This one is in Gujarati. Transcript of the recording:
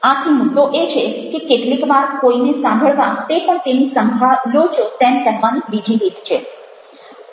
આથી મુદ્દો એ છે કે કેટલીક વાર કોઈને સાંભળવા તે પણ તમે તેની સંભાળ લો છો તેમ કહેવાની બીજી રીત છે